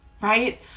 right